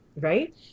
right